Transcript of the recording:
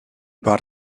bought